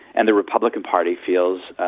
and the republican party feels,